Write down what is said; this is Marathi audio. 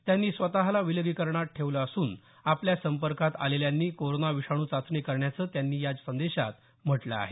त्यांनी स्वतला विलगीकरणात ठेवलं असून आपल्या संपकीत आलेल्यांनी कोरोना विषाणू चाचणी करण्याचं त्यांनी या संदेशात म्हटलं आहे